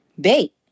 bait